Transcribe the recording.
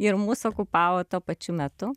ir mus okupavo tuo pačiu metu